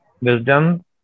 wisdom